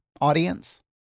audience